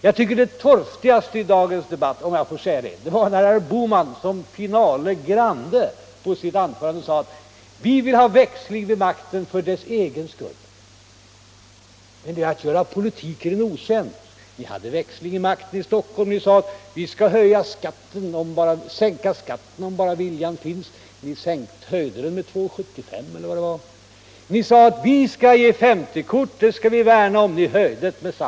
Jag tycker det torftigaste i dagens debatt var när herr Bohman såsom finale grande på sitt anförande sade: Vi vill ha växling vid makten för dess egen skull. Det är att göra politiken en otjänst. En växling vid makten skedde ju i Stockholms läns landsting. Ni sade att ni skulle sänka skatten, men ni höjde den med 2:75. Ni sade att ni skulle värna om 50-kortet, men ni höjde snart priset på det.